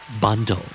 Bundle